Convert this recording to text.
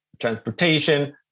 transportation